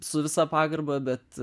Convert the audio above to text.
su visa pagarba bet